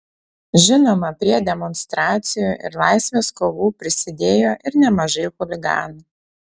žinoma prie demonstracijų ir laisvės kovų prisidėjo ir nemažai chuliganų